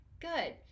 good